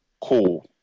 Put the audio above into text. cool